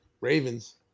Ravens